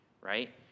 right